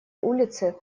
улицы